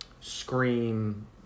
Scream